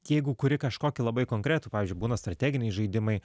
jeigu kuri kažkokį labai konkretų pavyzdžiui būna strateginiai žaidimai